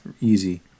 easy